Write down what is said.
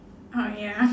orh ya